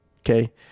okay